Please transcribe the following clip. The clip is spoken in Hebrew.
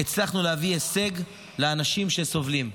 הצלחנו להביא הישג לאנשים שסובלים.